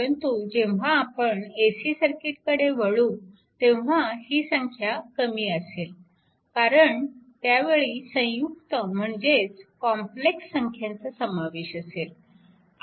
परंतु जेव्हा आपण AC सर्किटकडे वळू तेव्हा ही संख्या कमी असेल कारण त्यावेळी संयुक्त म्हणजेच कॉम्प्लेक्स संख्यांचा समावेश असेल